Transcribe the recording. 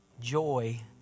joy